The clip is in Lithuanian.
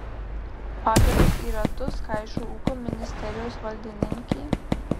pagalius į ratus kaišo ūkio ministerijos valdininkė